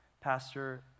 Pastor